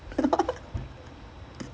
!aiya! kawani girl only Nike